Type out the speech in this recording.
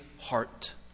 heart